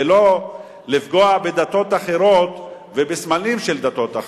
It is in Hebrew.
ולא לפגוע בדתות אחרות ובסמלים של דתות אחרות,